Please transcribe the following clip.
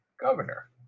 governor